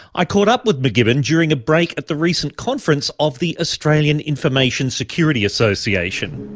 i caught up with macgibbon during a break at the recent conference of the australian information security association.